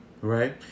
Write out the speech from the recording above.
right